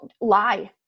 lie